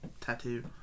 tattoo